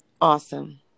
awesome